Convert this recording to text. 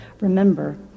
Remember